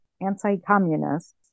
anti-communists